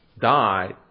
died